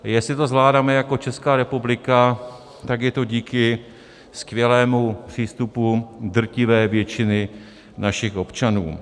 Jestli to zvládáme jako Česká republika, tak je to díky skvělému přístupu drtivé většiny našich občanů.